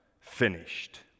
finished